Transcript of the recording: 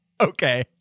Okay